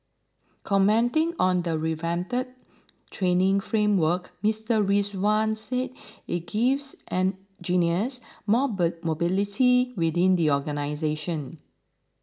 commenting on the revamped training framework Mr Rizwan said it gives engineers more mobility within the organisation